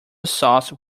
sauce